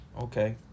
okay